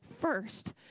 first